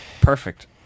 Perfect